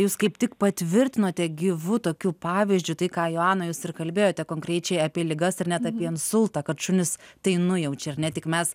jūs kaip tik patvirtinote gyvu tokiu pavyzdžiu tai ką joana jūs ir kalbėjote konkrečiai apie ligas ir net apie insultą kad šunys tai nujaučia ar ne tik mes